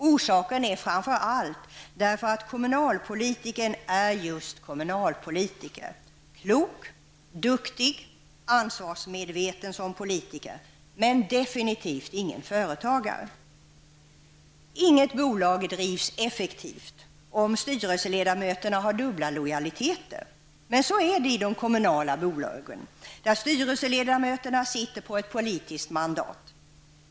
Orsaken är framför allt att kommunalpolitikern är just kommunalpolitiker -- klok, duktig och ansvarsmedveten som politiker, men definitivt ingen företagare. Inget bolag drivs effektivt om styrelseledamöterna har dubbla lojaliteter. Men så är det i de kommunala bolagen, där styrelseledamöterna sitter på ett politiskt mandat.